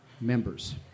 members